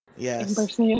Yes